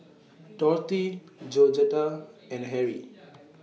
Dorthy Georgetta and Harry